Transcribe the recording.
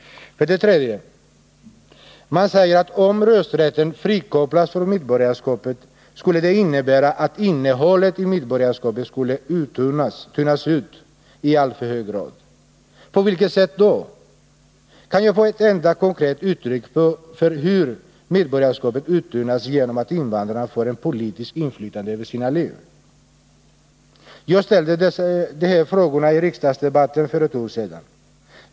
För det tredje säger utskottet, att om rösträtten frikopplas från medborgarskapet skulle det innebära att innehållet i medborgarskapet skulle tunnas utialltför hög grad. På vilket sätt då? Kan jag få ett enda konkret uttryck för hur medborgarskapet uttunnas genom att invandrarna får ett politiskt inflytande över sina liv? Jag ställde de här frågorna i riksdagsdebatten för ett år sedan.